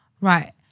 right